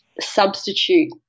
substitute